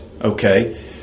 okay